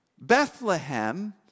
Bethlehem